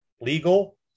legal